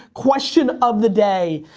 question of the day.